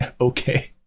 Okay